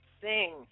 sing